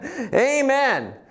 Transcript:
Amen